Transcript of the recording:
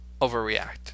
overreact